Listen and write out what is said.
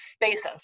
basis